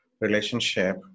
relationship